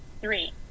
three